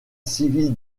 civil